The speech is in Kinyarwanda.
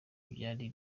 byari